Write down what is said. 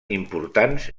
importants